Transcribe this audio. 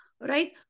right